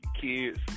kids